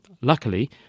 Luckily